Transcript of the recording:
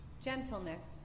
gentleness